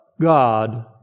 God